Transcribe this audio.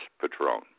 Patron